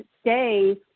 stay